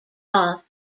off